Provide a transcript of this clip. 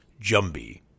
Jumbie